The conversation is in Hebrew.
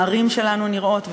הערים שלנו נראות,